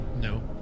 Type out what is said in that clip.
No